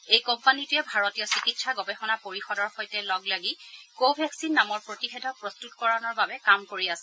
এই কোম্পানীটোৱে ভাৰতীয় চিকিৎসা গৱেষণা পৰিষদৰ সৈতে লগ লাগি কো ভেকচিন নামৰ প্ৰতিষেধক প্ৰস্তুতকৰণৰ বাবে কাম কৰি আছে